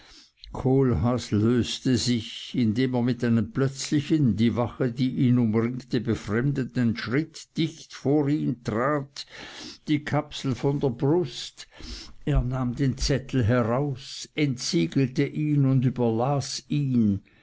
kohlhaas löste sich indem er mit einem plötzlichen die wache die ihn umringte befremdenden schritt dicht vor ihn trat die kapsel von der brust er nahm den zettel heraus entsiegelte ihn und überlas ihn